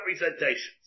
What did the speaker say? representations